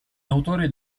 autore